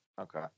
Okay